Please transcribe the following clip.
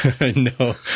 no